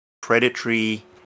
predatory